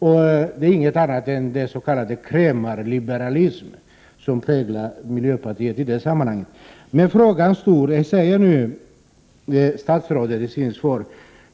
Det är alltså inget annat än den s.k. krämarliberalismen som präglar folkpartiets inställning i det sammanhanget.